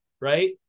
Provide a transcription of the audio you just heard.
right